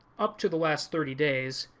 up to the last thirty days.